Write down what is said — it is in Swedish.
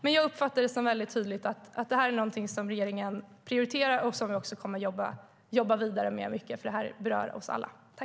Men jag uppfattar det som väldigt tydligt att det här är något som regeringen prioriterar och som vi kommer att jobba vidare med mycket, för det här berör oss alla.